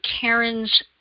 Karen's